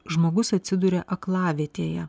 žmogus atsiduria aklavietėje